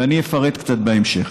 ואני אפרט קצת בהמשך.